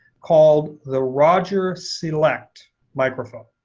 called the roger select microphone.